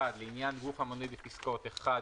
לעניין גוף המנוי בפסקאות (1),